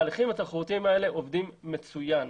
ההליכים התחרותיים האלה עובדים מצוין.